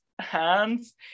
hands